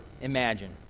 imagine